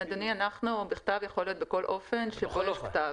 אדוני, בכתב, יכול להיות בכל אופן בכתב.